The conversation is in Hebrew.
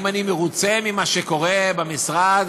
אם אני מרוצה ממה שקורה במשרד,